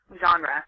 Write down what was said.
genre